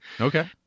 Okay